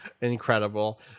incredible